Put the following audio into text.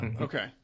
Okay